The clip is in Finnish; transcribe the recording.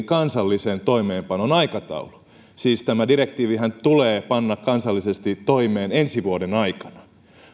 kansallisen toimeenpanon aikataulu siis tämä direktiivihän tulee panna kansallisesti toimeen ensi vuoden aikana